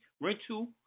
rental